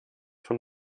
von